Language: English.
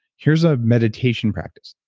here's a meditation practice.